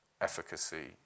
efficacy